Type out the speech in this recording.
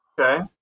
okay